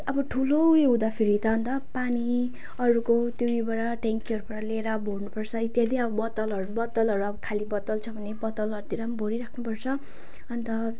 अब ठुलो उयो हुँदा फेरि त अन्त पानी अरूको त्यो उयोबाट ट्याङ्कीहरूबाट लिएर भर्नु पर्छ इत्यादि अब बोतलहरू बोतलहरू अब खाली बोतल छ भने बोतलहरूतिर भरिराख्नु पर्छ अन्त